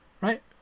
right